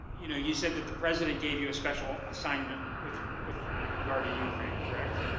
you know you said that the president gave you a special assignment with with regards to ukraine, correct?